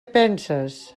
penses